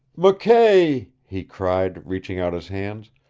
mckay, he cried, reaching out his hands.